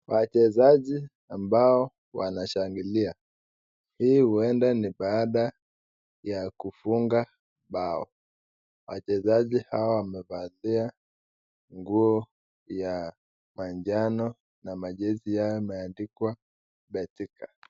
Wachezaji ambao wanashangilia hii huenda ni baada ya kufunga bao wachezaji hao wamevalia nguo ya manjano na ma jersey yao yameandikwa betika.